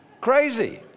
Crazy